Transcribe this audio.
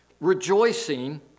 rejoicing